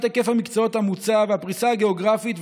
היקף המקצועות המוצע והפריסה הגיאוגרפית,